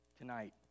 tonight